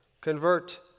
convert